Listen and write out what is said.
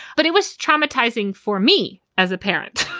but it was traumatizing for me as a parent.